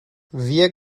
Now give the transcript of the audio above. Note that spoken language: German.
wir